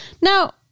Now